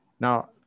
Now